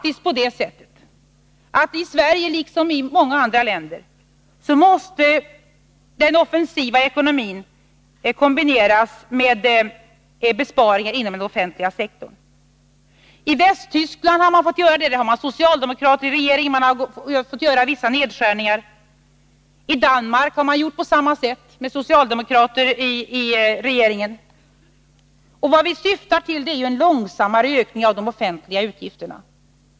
I Sverige måste, liksom i många andra länder, den offensiva ekonomin kombineras med besparingar inom den offentliga sektorn. I Västtyskland, där man har socialdemokratisk regering, har man fått göra vissa nedskärningar. I Danmark har man, med socialdemokrater i regeringen, gjort på samma sätt. Vad vi syftar till är en långsammare ökning av de offentliga utgifterna.